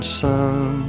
sun